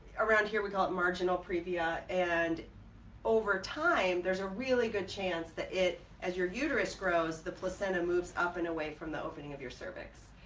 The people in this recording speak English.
around here we call it marginal previa. and over time there's a really good chance that as your uterus grows the placenta moves up and away from the opening of your cervix.